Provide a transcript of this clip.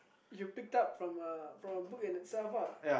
you picked up from a from a book in itself ah